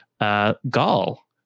Gall